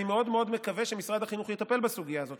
אני מאוד מאוד מקווה שמשרד החינוך יטפל בסוגיה הזאת.